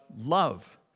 love